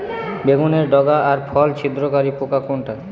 বেগুনের ডগা ও ফল ছিদ্রকারী পোকা কোনটা?